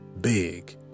big